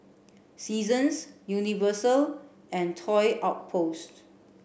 Seasons Universal and Toy Outpost